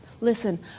Listen